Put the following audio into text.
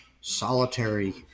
solitary